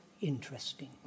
interesting